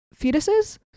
fetuses